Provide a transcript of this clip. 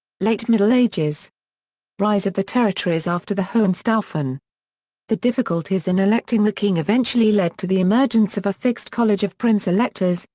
late middle ages rise of the territories after the hohenstaufen the difficulties in electing the king eventually led to the emergence of a fixed college of prince-electors,